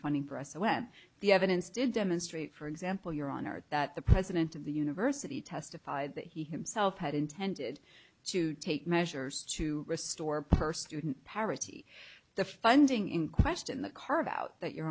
funding for us when the evidence did demonstrate for example your honor that the president of the university testified that he himself had intended to take measures to restore per student parity the funding in question the carve out that you're